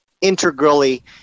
integrally –